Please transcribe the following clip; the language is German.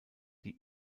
die